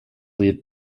leave